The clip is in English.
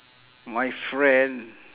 my friend